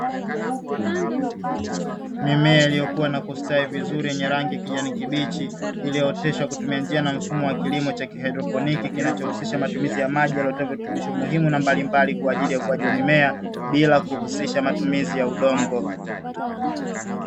Mimea iliyokua na kustawi vizuri yenye rangi ya kijani kibichi, iliyooteshwa kwa kutumia njia na mfumo wa kilimo Cha kihaidroponi, kinachohusisha matumizi ya maji yaliyotiwa virutubisho mbalimbali muhimu kwa ukuaji wa mimea, bila kuhusisha matumizi ya udongo.